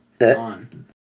on